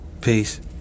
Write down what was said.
Peace